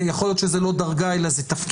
זה יכול להיות שזה לא דרגה, אלא זה תפקיד.